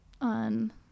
on